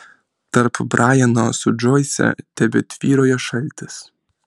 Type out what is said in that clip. tarp brajano su džoise tebetvyrojo šaltis